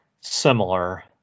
similar